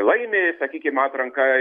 laimi sakykim atranką